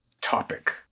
topic